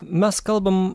mes kalbam